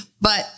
But-